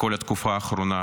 בכל התקופה האחרונה,